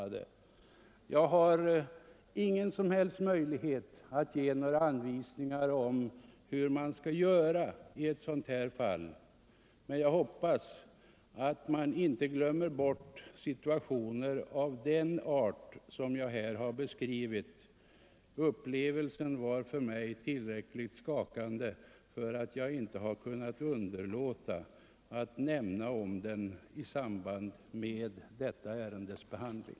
Jag har ingen som helst möjlighet att ge några anvisningar om hur man skall göra i ett sådant här fall, men jag hoppas att man inte glömmer bort situationer av den art som jag här beskrivit. Upplevelsen var för mig så skakande att jag inte kunnat underlåta att omnämna den i samband med detta ärendes behandling.